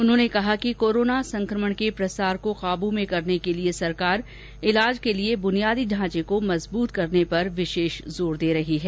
उन्होंने कहा कि कोरोना संकमण के प्रसार को काबू में करने के लिए सरकार ईलाज के लिए बुनियादी ढांचे को मजबूत करने पर विशेष जोर दे रही है